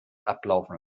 ablaufen